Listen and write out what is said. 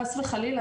חס וחלילה.